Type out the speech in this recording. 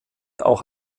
auch